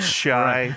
shy